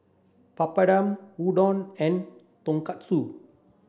Papadum Udon and Tonkatsu